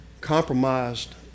compromised